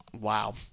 wow